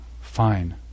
fine